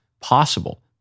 possible